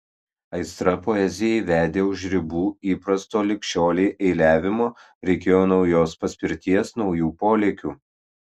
aistra poezijai vedė už ribų įprasto lig šiolei eiliavimo reikėjo naujos paspirties naujų polėkių